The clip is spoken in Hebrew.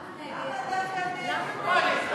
למה דווקא נגד?